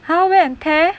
!huh! wear and tear